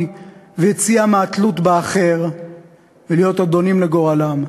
וליציאה מהתלות באחר ולהיות אדונים לגורלם.